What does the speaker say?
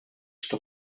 что